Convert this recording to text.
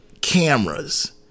cameras